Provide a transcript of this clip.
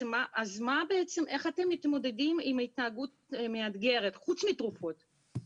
איך אתם בעצם מתמודדים עם התנהגות מאתגרת מלבד תרופות?